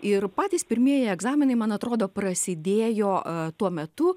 ir patys pirmieji egzaminai man atrodo prasidėjo tuo metu